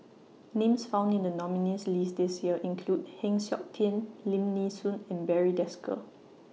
Names found in The nominees' list This Year include Heng Siok Tian Lim Nee Soon and Barry Desker